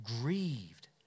grieved